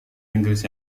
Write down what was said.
inggris